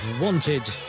wanted